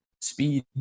speed